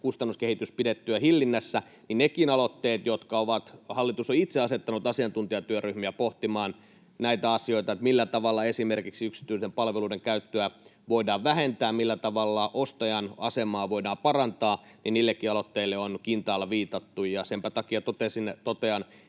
kustannuskehitys pidettyä hillinnässä, niin niillekin aloitteille, joille hallitus on itse asettanut asiantuntijatyöryhmiä pohtimaan, millä tavalla esimerkiksi yksityisten palveluiden käyttöä voidaan vähentää ja millä tavalla ostajan asemaa voidaan parantaa, on kintaalla viitattu. Senpä takia totean,